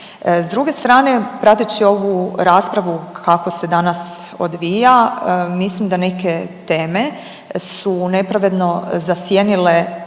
S druge strane prateći ovu raspravu kako se danas odvija, mislim da neke teme su nepravedno zasjenile